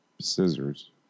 scissors